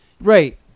right